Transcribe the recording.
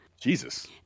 Jesus